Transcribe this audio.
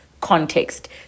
context